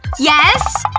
yes?